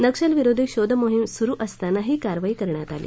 नक्षलविरोधी शोधमोहीम सुरू असं असताना ही कारवाई करण्यात आली